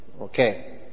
Okay